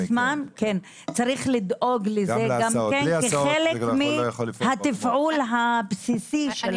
צריך לדאוג לזה גם כן כחלק מהתפעול הבסיסי של המרכז.